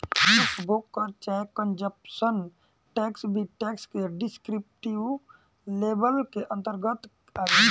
उपभोग कर चाहे कंजप्शन टैक्स भी टैक्स के डिस्क्रिप्टिव लेबल के अंतरगत आवेला